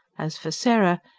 as for sarah,